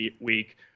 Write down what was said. week